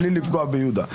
בלי לפגוע ביהודה.